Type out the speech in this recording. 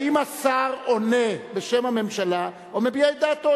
האם השר עונה בשם הממשלה או מביע את דעתו?